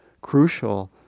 crucial